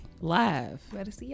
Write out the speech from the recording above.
live